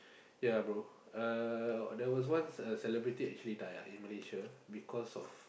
ya bro uh there was once a celebrity actually die ah in Malaysia because of